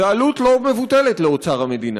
זאת עלות לא מבוטלת לאוצר המדינה.